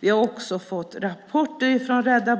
Vi har också fått en rapport från Rädda